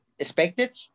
expected